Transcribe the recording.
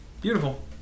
Beautiful